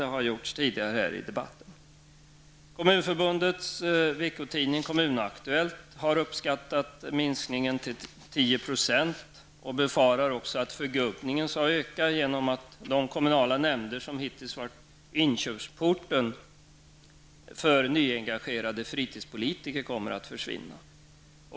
Det har gjorts tidigare här i debatten. Kommunaktuellt, har uppskattat minskningen till 10 % och befarar också att förgubbningen kommer att öka genom att de kommunala nämnder som hittills har varit inkörsporten för nyengagerade fritidspolitiker kommer att försvinna.